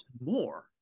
more